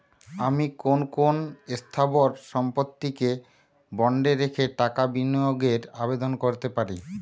আমি কোন কোন স্থাবর সম্পত্তিকে বন্ডে রেখে টাকা বিনিয়োগের আবেদন করতে পারি?